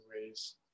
ways